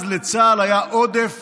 אז לצה"ל היה עודף